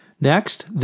Next